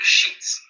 sheets